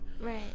Right